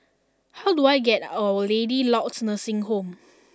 how do I get to Our Lady of Lourdes Nursing Home